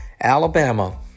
Alabama